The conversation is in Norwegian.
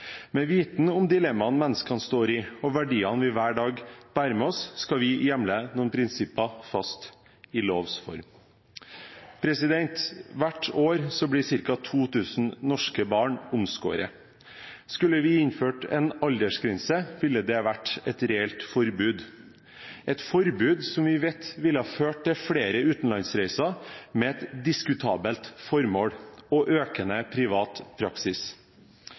Med vitende om dilemmaene menneskene står i, og de verdiene vi hver dag bærer med oss, skal vi hjemle noen prinsipper fast i lovs form. Hvert år blir ca. 2 000 norske barn omskåret. Skulle vi innført en aldersgrense, ville det vært et reelt forbud, et forbud som vi vet ville ha ført til flere utenlandsreiser – med et diskutabelt formål – og økende privat praksis.